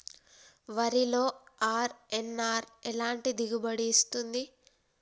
వరిలో అర్.ఎన్.ఆర్ ఎలాంటి దిగుబడి ఇస్తుంది?